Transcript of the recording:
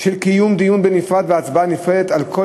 של קיום דיון נפרד והצבעה נפרדת על כל